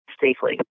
safely